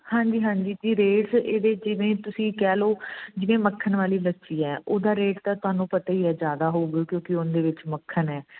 ਹਾਂਜੀ ਹਾਂਜੀ ਜੀ ਰੇਟ ਇਹਦੇ ਜਿਵੇਂ ਤੁਸੀਂ ਕਹਿ ਲਓ ਜਿਵੇਂ ਮੱਖਣ ਵਾਲੀ ਲੱਸੀ ਹੈ ਉਹਦਾ ਰੇਟ ਤਾਂ ਤੁਹਾਨੂੰ ਪਤਾ ਹੀ ਹੈ ਜ਼ਿਆਦਾ ਹੋਉਗਾ ਕਿਉਂਕਿ ਉਹ ਦੇ ਵਿੱਚ ਮੱਖਣ ਹੈ